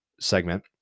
segment